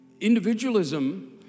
individualism